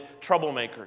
troublemakers